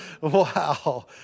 wow